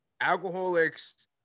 Alcoholics